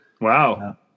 Wow